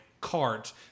cart